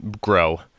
grow